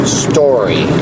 story